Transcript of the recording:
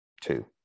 two